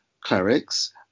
clerics